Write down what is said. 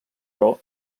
però